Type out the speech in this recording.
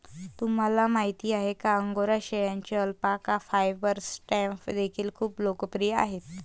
तुम्हाला माहिती आहे का अंगोरा शेळ्यांचे अल्पाका फायबर स्टॅम्प देखील खूप लोकप्रिय आहेत